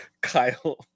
Kyle